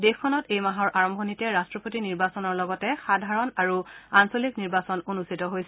দেশখনত এইমাহৰ আৰম্ভণিতে ৰট্টপতি নিৰ্বাচনৰ লগতে সাধাৰণ আৰু আঞ্চলিক নিৰ্বাচন অনুষ্ঠিত হৈছিল